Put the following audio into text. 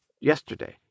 yesterday